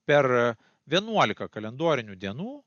per vienuolika kalendorinių dienų